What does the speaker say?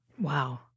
Wow